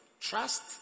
trust